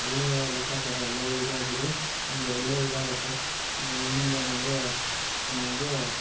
ಒಳ್ಳೆಯ ಲೆಕ್ಕಾಚಾರ ಒಳ್ಳೆಯ ಇದಾಗಿದ್ದರೆ ನಮಗೆ ಒಳ್ಳೆ ಇದಾಗುತ್ತೆ ಇನ್ನೊಂದು ಏನೆಂದ್ರೆ ನಮಗೆ